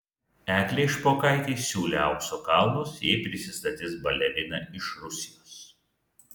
eglei špokaitei siūlė aukso kalnus jei prisistatys balerina iš rusijos